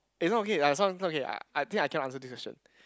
eh not okay ya some some okay I I think I cannot answer this question